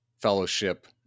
Fellowship